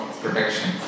protection